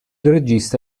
regista